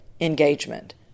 engagement